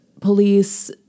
police